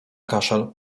kaszel